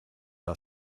are